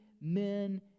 men